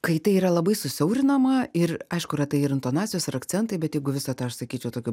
kai tai yra labai susiaurinama ir aišku yra tai ir intonacijos ir akcentai bet jeigu visą tą aš sakyčiau tokiu